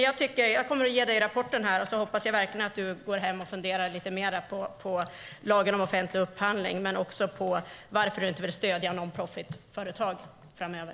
Jag kommer att ge statsrådet rapporten och hoppas att han går hem och funderar lite mer på lagen om offentlig upphandling och varför han inte vill stödja non-profit-företag framöver.